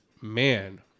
man